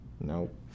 Nope